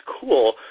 cool